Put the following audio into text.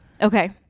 okay